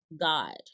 God